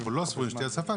ואנחנו לא סבורים שתהיה הצפה,